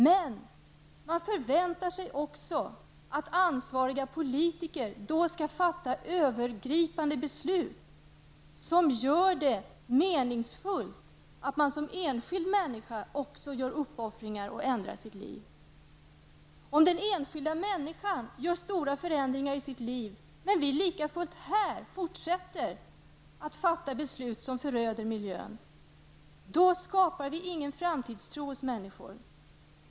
Men de förväntar sig också att ansvariga politiker skall fatta övergripande beslut som gör det meningsfullt att de som enskilda människor också gör uppoffringar och ändrar sina liv. Om enskilda människor gör stora förändringar i sina liv men vi här likafullt fortsätter att fatta beslut som föröder miljön, skapar vi inte någon framtidstro hos människor.